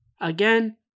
Again